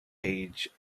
age